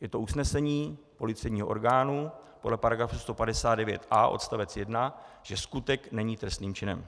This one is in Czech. Je to usnesení policejního orgánu podle § 159a odst. 1, že skutek není trestním činem.